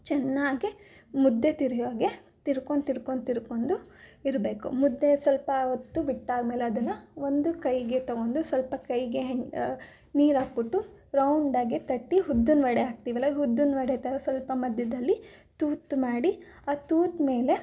ಚೆನ್ನಾಗಿ ಮುದ್ದೆ ತಿರಿಯೊ ಹಾಗೆ ತಿರ್ಕೊಂಡ್ ತಿರ್ಕೊಂಡ್ ತಿರ್ಕೊಂಡು ಇರ್ಬೇಕು ಮುದ್ದೆ ಸ್ವಲ್ಪ ಹೊತ್ತು ಬಿಟ್ಟಾದಮೇಲೆ ಅದನ್ನು ಒಂದು ಕೈಗೆ ತಗೊಂದು ಸ್ವಲ್ಪ ಕೈಗೆ ನೀರು ಹಾಕಿಬಿಟ್ಟು ರೌಂಡಾಗಿ ತಟ್ಟಿ ಉದ್ದುನ್ ವಡೆ ಹಾಕ್ತಿವಲ್ಲ ಉದ್ದುನ್ ವಡೆ ಥರ ಸ್ವಲ್ಪ ಮಧ್ಯದಲ್ಲಿ ತೂತು ಮಾಡಿ ಆ ತೂತು ಮೇಲೆ